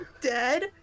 dead